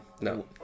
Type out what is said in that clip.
No